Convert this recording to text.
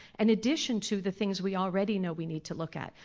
and addition to the things we already know we need to look at.